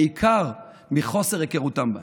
בעיקר מחוסר היכרותם אותה.